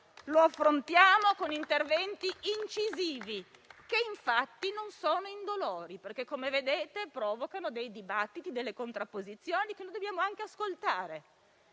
lo affrontiamo con interventi incisivi, che infatti non sono indolori, perché - come vedete - provocano dibattiti e contrapposizioni che dobbiamo ascoltare.